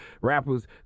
rappers